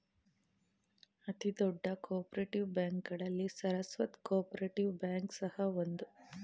ಅತಿ ದೊಡ್ಡ cooperative ಬ್ಯಾಂಕ್ಗಳಲ್ಲಿ ಸರಸ್ವತ್ ಕೋಪರೇಟಿವ್ ಬ್ಯಾಂಕ್ ಸಹ ಒಂದು